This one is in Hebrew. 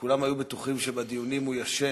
שכולם היו בטוחים שבדיונים הוא ישן,